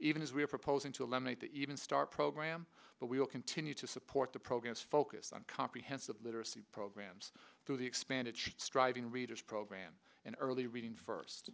even as we are proposing to eliminate the even start program but we will continue to support the programs focused on comprehensive literacy programs through the expanded striving readers program and early reading first